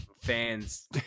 fans